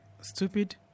stupid